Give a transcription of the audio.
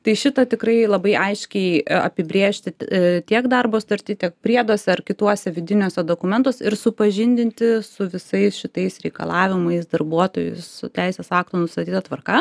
tai šitą tikrai labai aiškiai apibrėžti tiek darbo sutarty tiek prieduose ar kituose vidiniuose dokumentus ir supažindinti su visais šitais reikalavimais darbuotojus teisės aktų nustatyta tvarka